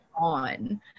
on